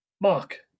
Mark